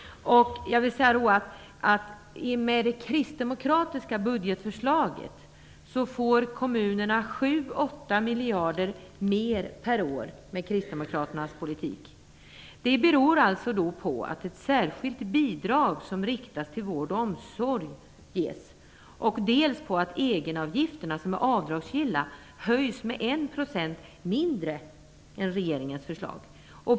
Enligt det kristdemokratiska budgetförslaget får kommunerna 7-8 miljarder mer per år. Det beror dels på att ett särskilt bidrag riktat till vård och omsorg ges, dels på att egenavgifterna, som är avdragsgilla, höjs med 1 % mindre än i regeringens förslag.